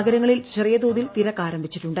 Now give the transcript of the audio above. നഗരങ്ങളിൽ ചെറിയ തോതിൽ തിരക്ക് ആരംഭിച്ചിട്ടുണ്ട്